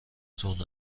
تون